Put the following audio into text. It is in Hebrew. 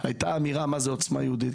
היתה אמירה מה זאת עוצמה יהודית.